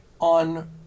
On